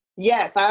yes. ah